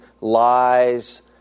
lies